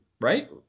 right